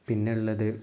പിന്നെ ഉള്ളത്